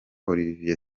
olivier